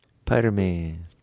Spider-Man